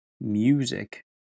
music